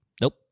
Nope